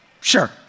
Sure